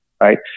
right